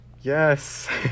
Yes